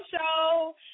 show